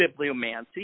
bibliomancy